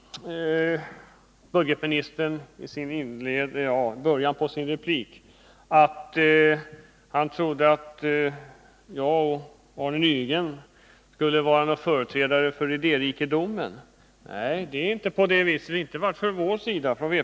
Budgetministern nämnde i början av sin replik någonting om att jag och Arne Nygren skulle vara företrädare för idérikedomen. Nej, det är inte på sida som står för idérikedomen. det sättet.